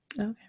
Okay